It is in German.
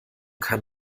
kann